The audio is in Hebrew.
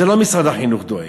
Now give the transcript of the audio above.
זה לא משרד החינוך דואג.